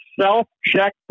self-check